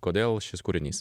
kodėl šis kūrinys